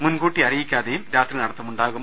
മുൻകൂട്ടി അറിയിക്കാതെയും രാത്രി നടത്തം ഉണ്ടാകും